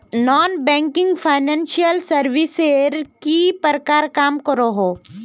Non banking financial services किस प्रकार काम करोहो?